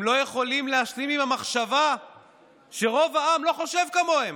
הם לא יכולים להשלים עם המחשבה שרוב העם לא חושב כמוהם,